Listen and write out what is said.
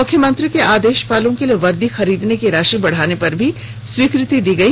मुख्यमंत्री के आदेशपालों के लिए वर्दी खरीदने की राशि बढ़ाने पर भी स्वीकृति प्रदान की गई